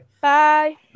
Bye